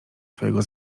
twojego